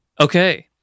okay